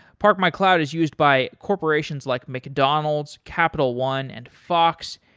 parkmycloud is used by corporations like mcdonald's, capital one and fox,